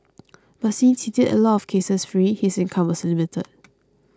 but since he did a lot of cases free his income was limited